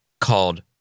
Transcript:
called